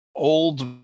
old